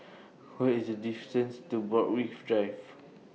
What IS The distance to Borthwick Drive